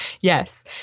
Yes